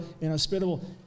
inhospitable